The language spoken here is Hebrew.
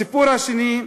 בסיפור השני,